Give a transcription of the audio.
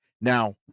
now